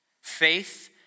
Faith